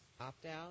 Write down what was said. opt-out